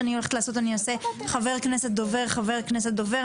נשמע חבר כנסת ודובר, חבר כנסת ודובר.